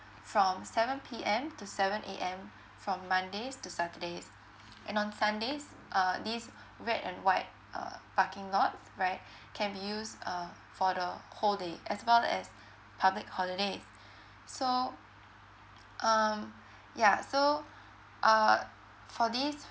from seven P_M to seven A_M from mondays to saturdays and on sundays uh this red and white err parking lots right can be used uh for the whole day as well as public holidays so um yeah so err for these